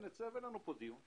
אם אין היצף, אין לנו פה דיון.